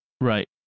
Right